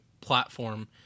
platform